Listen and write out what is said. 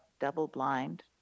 double-blind